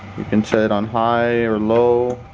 you can set it on high or low.